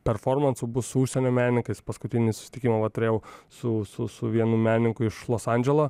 performansų bus su užsienio menininkais paskutinį susitikimą va turėjau su su su vienu menininku iš los andželo